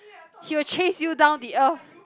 he will chase you down the earth